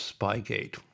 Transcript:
spygate